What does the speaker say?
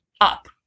up